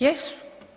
Jesu.